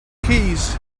keys